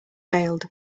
failed